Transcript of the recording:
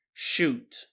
shoot